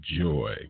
joy